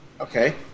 Okay